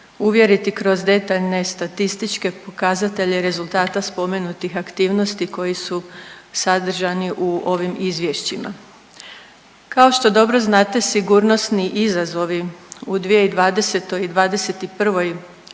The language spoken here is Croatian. uvjeriti kroz detaljne statističke pokazatelje rezultata spomenutih aktivnosti koji su sadržani u ovim izvješćima. Kao što dobro znate sigurnosni izazovi u 2020. i 2021.